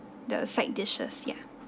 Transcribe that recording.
the side dishes ya